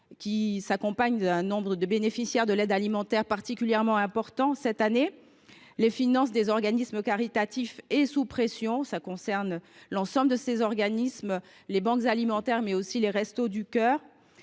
qui explique que le nombre de bénéficiaires de l’aide alimentaire soit particulièrement important cette année. Les finances des organismes caritatifs sont sous pression. L’ensemble de ces organismes, comme les banques alimentaires, mais aussi les Restos du Cœur,